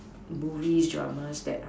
to movies Dramas that are